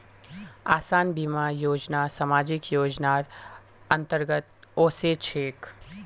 आसान बीमा योजना सामाजिक योजनार अंतर्गत ओसे छेक